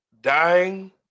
dying